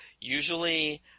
usually